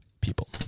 people